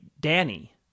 Danny